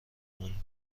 اون